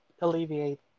alleviate